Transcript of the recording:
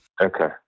okay